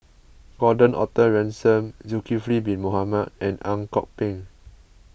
Gordon Arthur Ransome Zulkifli Bin Mohamed and Ang Kok Peng